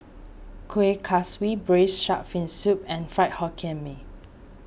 Kuih Kaswi Braised Shark Fin Soup and Fried Hokkien Mee